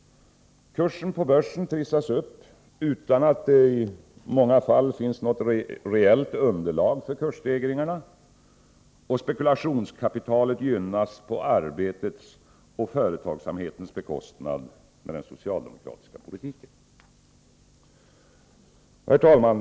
Kurserna på börsen trissas upp utan att det i många fall finns något reellt underlag för kursstegringarna. Spekulationskapitalet gynnas på arbetets och företagsamhetens bekostnad med den socialdemokratiska politiken. Herr talman!